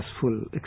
successful